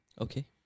Okay